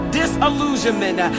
disillusionment